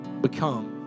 become